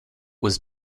was